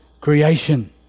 creation